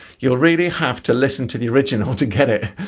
you'll really have to listen to the original to get it.